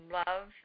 love